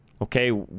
Okay